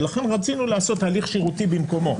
ולכן רצינו לעשות הליך שירותי במקומו.